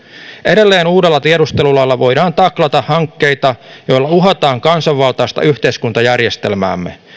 edelleen uudella tiedustelulailla voidaan taklata hankkeita joilla uhataan kansanvaltaista yhteiskuntajärjestelmäämme